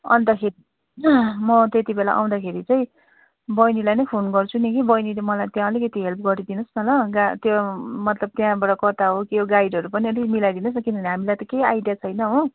अन्तखेरि म त्यति बेला आउँदाखेरि चाहिँ बैनीलाई नै फोन गर्छु नि कि बैनी त मलाई त्यहाँ अलिकति हेल्प गरिदिनु होस् न ल गा त्यो मतलब त्यहाँबाट कता हो के हो गाइडहरू पनि अलिकति मिलाइदिनु होस् न किनभने हामीलाई त केही आइडिया छैन हो